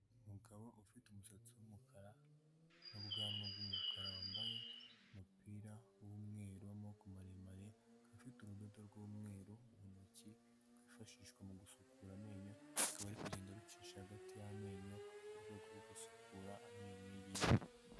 Umugabo ufite umusatsi w'umukara n'ubwanwa bw'umukara wambaye umupira w'umweru wamaboko maremare, akaba afite urudodo rw'umweru mu ntoki rwifashishwa mu gusukura amenyo. Akaba ari kugenda arucisha hagati y'amenyo, mu rwego rwo gusukura amenyo yiwe.